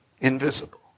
Invisible